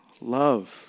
love